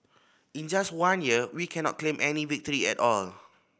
in just one year we cannot claim any victory at all